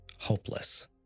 hopeless